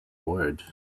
word